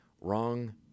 wrong